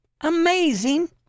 Amazing